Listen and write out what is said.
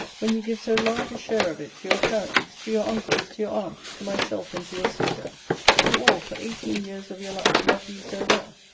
when you give so large a share of it to your parents, to your uncles, to your aunt, to myself, and to your sister who all, for eighteen years of your life, loved you so well?